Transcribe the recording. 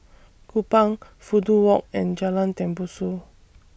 Kupang Fudu Walk and Jalan Tembusu